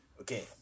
Okay